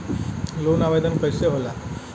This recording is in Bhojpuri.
लोन आवेदन कैसे होला?